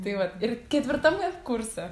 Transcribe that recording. tai vat ir ketvirtame kurse